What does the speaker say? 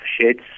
sheds